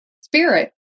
spirit